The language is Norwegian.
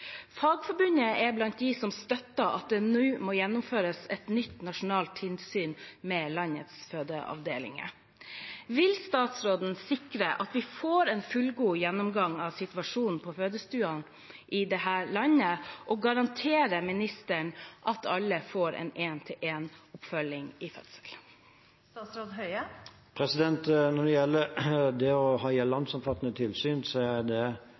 Fagforbundet er blant dem som støtter at det nå må gjennomføres et nytt nasjonalt tilsyn med landets fødeavdelinger. Vil statsråden sikre at vi får en fullgod gjennomgang av situasjonen på fødestuene i dette landet, og garanterer ministeren at alle får en en-til-en-oppfølging under fødselen? Når det gjelder det å ha landsomfattende tilsyn, er det